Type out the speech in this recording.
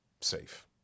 safe